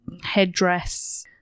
headdress